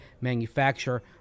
manufacturer